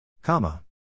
Comma